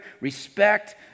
respect